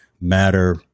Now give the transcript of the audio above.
matter